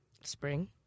spring